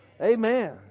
Amen